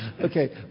Okay